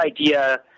idea